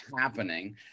happening